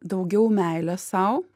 daugiau meilės sau